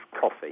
coffee